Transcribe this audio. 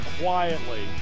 quietly